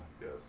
Yes